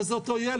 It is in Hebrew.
אבל זה אותו ילד.